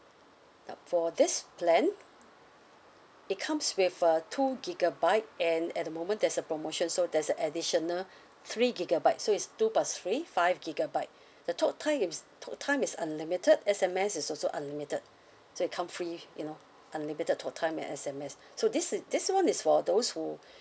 uh for this plan it comes with uh two gigabyte and at the moment there's a promotion so there's a additional three gigabyte so it's two plus three five gigabyte the talk time is talk time is unlimited S_M_S is also unlimited so it come free you know unlimited talk time and S_M_S so this is this [one] is for those who